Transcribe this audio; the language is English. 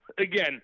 again